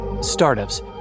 Startups